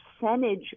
percentage